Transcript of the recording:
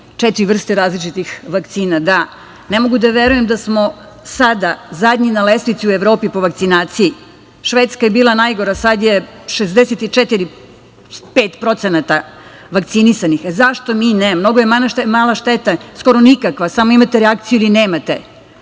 četiri vrste vakcina, dobili urgentno, ne mogu da verujem da smo sada zadnji na lestvici u Evropi po vakcinaciji. Švedska je bila najgora, sad je 64-65% vakcinisanih. Zašto mi ne? Mnogo je mala šteta, skoro nikakva, samo imate reakciju ili nemate